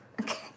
Okay